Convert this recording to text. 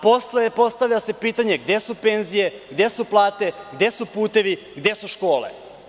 Posle se postavlja pitanje – gde su penzije, gde su plate, gde su putevi, gde su škole?